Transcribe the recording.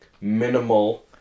minimal